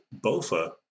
Bofa